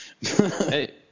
Hey